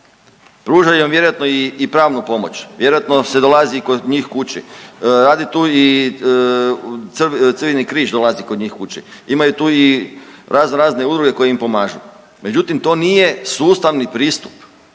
Pružaju vam vjerojatno i pravnu pomoć, vjerojatno se dolazi i kod njih kući. Radi tu i Crveni križ dolazi kod njih kući. Imaju tu i razno razne udruge koje im pomažu, međutim to nije sustavni pristup,